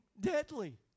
deadly